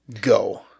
go